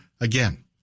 again